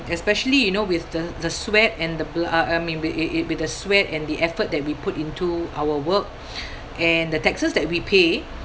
especially you know with the the sweat and the bl~ uh uh I mean i~ i~ i~ with the sweat and the effort that we put into our work and the taxes that we pay